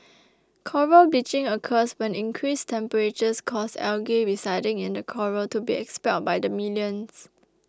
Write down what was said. coral bleaching occurs when increased temperatures cause algae residing in the coral to be expelled by the millions